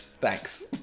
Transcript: Thanks